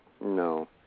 No